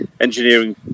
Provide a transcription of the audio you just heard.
engineering